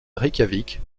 reykjavik